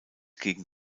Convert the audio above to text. gegen